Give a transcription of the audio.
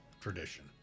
tradition